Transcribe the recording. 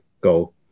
go